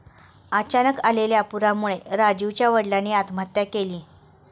अचानक आलेल्या पुरामुळे राजीवच्या वडिलांनी आत्महत्या केली